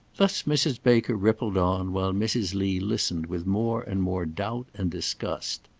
thus mrs. baker rippled on, while mrs. lee listened with more and more doubt and disgust.